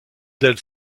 del